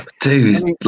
Dude